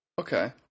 Okay